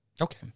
Okay